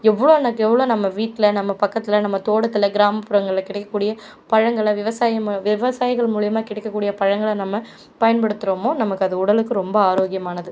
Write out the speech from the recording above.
எவ்ளோவுக்கு எவ்வளோ நம்ம வீட்டில் நம்ம பக்கத்தில் நம்ம தோட்டத்தில் கிராமப்புறங்களில் கிடைக்கக்கூடிய பழங்களை விவசாயம் மூலம் விவசாயிகள் மூலியமா கிடைக்கக்கூடிய பழங்களை நம்ம பயன்படுத்துறமோ நமக்கு அது உடலுக்கு அது ரொம்ப ஆரோக்கியமானது